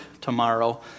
tomorrow